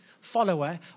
follower